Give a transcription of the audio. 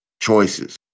choices